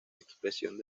expresión